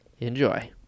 Enjoy